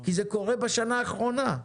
כי זה קורה בשנה האחרונה.